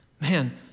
man